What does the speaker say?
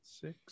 six